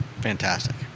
fantastic